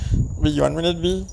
be young than me